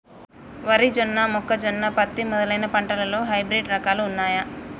వరి జొన్న మొక్కజొన్న పత్తి మొదలైన పంటలలో హైబ్రిడ్ రకాలు ఉన్నయా?